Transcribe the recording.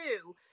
two